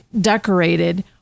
decorated